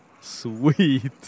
Sweet